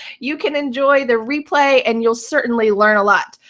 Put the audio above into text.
you can enjoy the replay, and you'll certainly learn a lot.